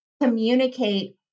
communicate